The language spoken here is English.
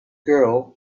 girl